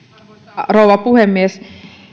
rouva puhemies